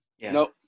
Nope